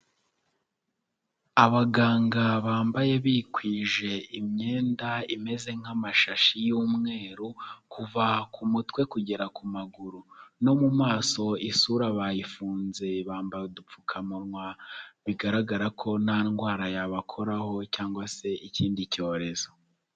Abaganga bambaye bikwije imyenda imeze nk'amashashi y'umweru kuva ku mutwe kugera ku maguru, no mu maso isura bayifunze bambaye udupfukamunwa, bigaragara ko nta ndwara yabakoraho cyangwa se ikindi cyorezo.